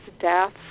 deaths